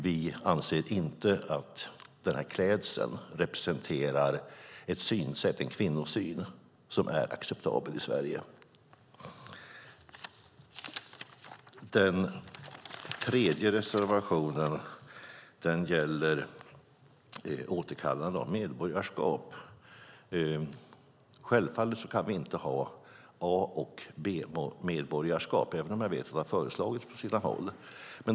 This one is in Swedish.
Vi anser inte att den här klädseln representerar en kvinnosyn som är acceptabel i Sverige. Den tredje reservationen gäller återkallande av medborgarskap. Självfallet kan vi inte ha A och B-medborgarskap, även om jag vet att det har föreslagits på sina håll.